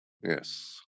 Yes